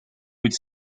would